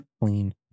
clean